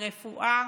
הרפואה